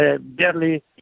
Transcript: barely